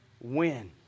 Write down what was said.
win